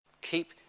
Keep